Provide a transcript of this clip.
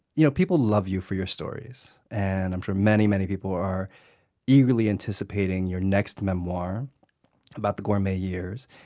you know people love you for your stories. and i'm sure many, many people are eagerly anticipating your next memoir about the gourmet years.